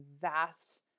vast